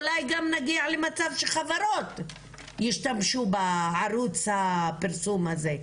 אולי נגיע גם למצב שחברות ישתמשו בערוץ הפרסום הזה.